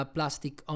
Plastic